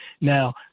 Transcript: Now